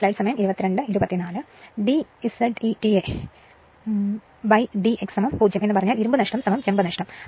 D zeta dx 0 എന്ന് പറഞ്ഞാൽ ഇരുമ്പ് നഷ്ടം ചെമ്പ് നഷ്ടം കാണും